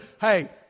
Hey